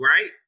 right